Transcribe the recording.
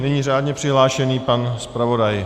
Nyní řádně přihlášený pan zpravodaj.